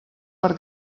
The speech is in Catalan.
per